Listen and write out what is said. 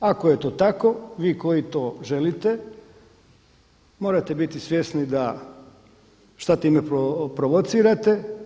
Ako je to tako, vi koji to želite morate biti svjesni da, šta time provocirate.